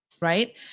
right